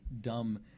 dumb